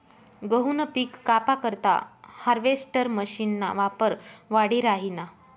गहूनं पिक कापा करता हार्वेस्टर मशीनना वापर वाढी राहिना